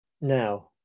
now